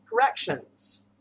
corrections